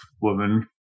woman